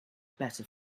better